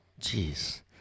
Jeez